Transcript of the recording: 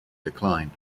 decline